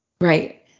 Right